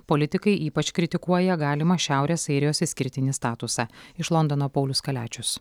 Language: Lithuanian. politikai ypač kritikuoja galimą šiaurės airijos išskirtinį statusą iš londono paulius kaliačius